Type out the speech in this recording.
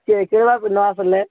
କିଏ କିଣିବାକୁ ନ ଆସିଲେ